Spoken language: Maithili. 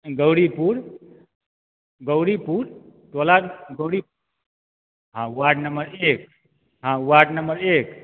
गौरीपुर गौरीपुर टोला गौरी हँ वार्ड नम्बर एक हँ वार्ड नम्बर एक